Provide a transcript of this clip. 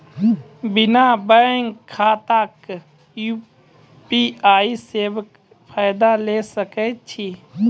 बिना बैंक खाताक यु.पी.आई सेवाक फायदा ले सकै छी?